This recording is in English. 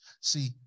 See